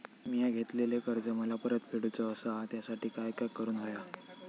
मिया घेतलेले कर्ज मला परत फेडूचा असा त्यासाठी काय काय करून होया?